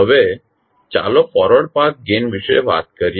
હવે ચાલો forward path gain વિશે વાત કરીએ